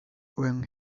when